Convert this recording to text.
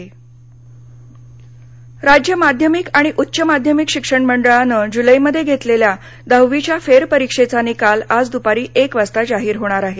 दहावी निकाल राज्य माध्यमिक आणि उच्च माध्यमिक शिक्षण मंडळानं जुलैमध्ये घेतलेल्या दहावीच्या फेरपरीक्षेचा निकाल आज दुपारी एक वाजता जाहीर होणार आहे